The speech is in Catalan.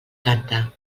canta